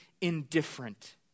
indifferent